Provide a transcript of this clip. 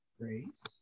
Grace